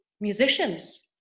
musicians